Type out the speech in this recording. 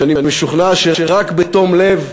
ואני משוכנע שרק בתום לב,